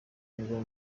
ngo